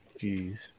Jeez